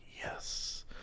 Yes